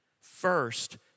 first